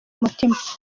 mutima